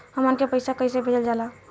हमन के पईसा कइसे भेजल जाला?